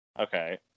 Okay